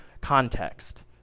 context